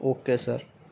okay sir